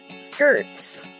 skirts